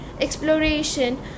exploration